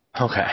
Okay